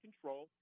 control